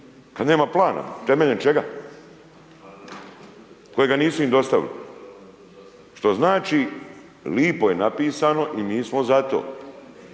Kad nema plana, temeljem čega, kojega nisu im dostavili, što znači, lipo je napisano i mi smo za to